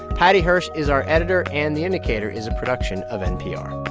paddy hirsch is our editor, and the indicator is a production of npr